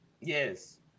Yes